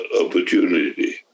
opportunity